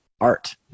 art